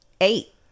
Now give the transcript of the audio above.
eight